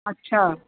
अच्छा